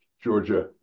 Georgia